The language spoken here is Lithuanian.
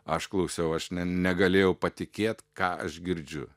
aš klausiau aš negalėjau patikėt ką aš girdžiu